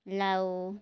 ଲାଉ